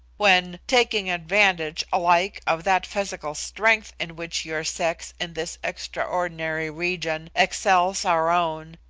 when, taking advantage alike of that physical strength in which your sex, in this extraordinary region, excels our own,